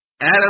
Adam